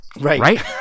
right